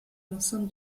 l’enceinte